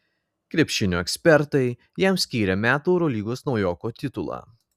krepšinio ekspertai jam skyrė metų eurolygos naujoko titulą